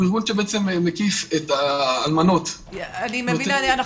זמננו תם.